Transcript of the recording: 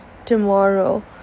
tomorrow